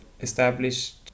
established